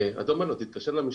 אז אתה אומר לו תתקשר למשטרה